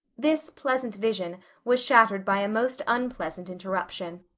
this pleasant vision was shattered by a most unpleasant interruption.